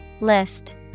List